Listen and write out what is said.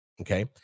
Okay